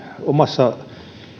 omassa